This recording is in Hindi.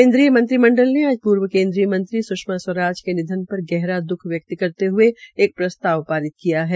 केन्द्रीय मंत्रिमंडल ने आज केन्द्रीय मंत्री सुषमा स्वराज के निधन पर गहरा द्ख व्यक्त करते हये एक प्रस्ताव पारित किया है